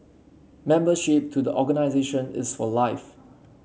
membership to the organisation is for life